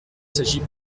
s’agit